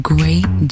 Great